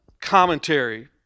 commentary